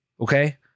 okay